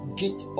get